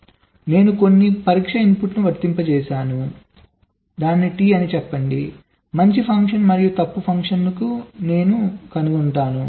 కాబట్టి నేను కొన్ని పరీక్ష ఇన్పుట్ను వర్తింపజేసాను టి అని చెప్పండి మంచి ఫంక్షన్ మరియు తప్పు ఫంక్షన్కు నేను దరఖాస్తు చేశాను